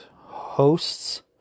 Hosts